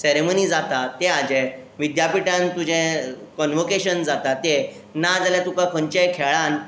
ceremony जाता त्या हाजें विद्यापिठान तुजें कॉनवोकेशन जाता तें नाजाल्या तुका खंयच्याय खेळान